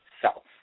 self